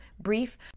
brief